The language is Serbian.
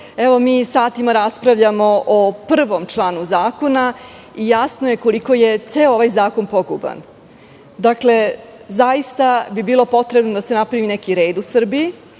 satima raspravljamo o prvom članu zakona i jasno je koliko je ceo ovaj zakon poguban. Dakle, zaista bi bilo potrebno da se napravi neki red u Srbiji,